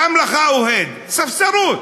קם לך אוהד, ספסרות,